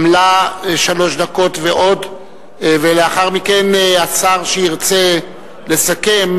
גם לה שלוש דקות ועוד, ולאחר מכן השר שירצה לסכם,